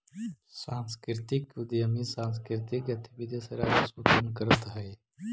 सांस्कृतिक उद्यमी सांकृतिक गतिविधि से राजस्व उत्पन्न करतअ हई